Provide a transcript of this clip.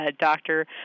doctor